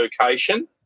location